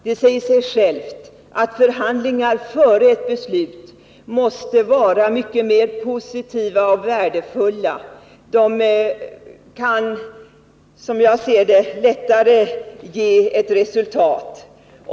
Det säger sig självt att förhandlingar 197 före ett beslut är mycket mer positiva och värdefulla. Sådana förhandlingar kan, som jag ser det, lättare ge resultat.